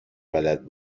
بلد